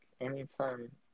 anytime